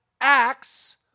acts